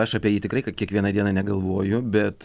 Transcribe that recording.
aš apie jį tikrai ka kiekvieną dieną negalvoju bet